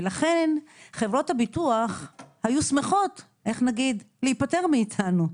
ולכן, חברות הביטוח היו שמחות להיפטר מאתנו.